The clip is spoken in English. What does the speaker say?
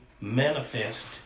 manifest